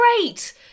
great